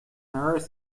earth